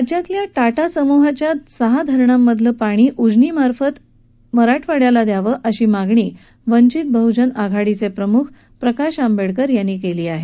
राज्यातल्या टाटा समूहाच्या सहा धरणांमधलं पाणी उजनीमार्फत मराठवाड्याला द्यावं अशी मागणी वंचित बहजन आघाडीचे प्रम्ख प्रकाश आंबेडकर यांनी केली आहे